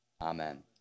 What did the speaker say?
Amen